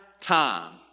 time